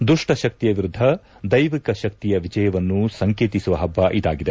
ದುಷ್ಟಶಕ್ತಿಯ ವಿರುದ್ದ ದೈವಿಕ ಶಕ್ತಿಯ ವಿಜಯವನ್ನು ಸಂಕೇತಿಸುವ ಹಬ್ಬ ಇದಾಗಿದೆ